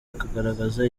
akagaragaza